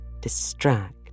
distract